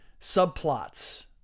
subplots